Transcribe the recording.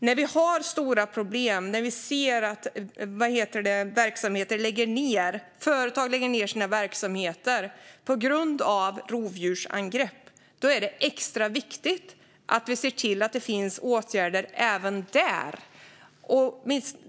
När vi har stora problem och ser att företag lägger ned sina verksamheter på grund av rovdjursangrepp är det extra viktigt att se till att det finns åtgärder även på detta område.